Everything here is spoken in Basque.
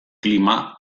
klima